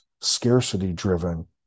scarcity-driven